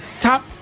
top